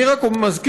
אני רק מזכיר,